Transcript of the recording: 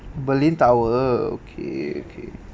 berlin tower okay okay